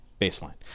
Baseline